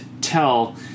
tell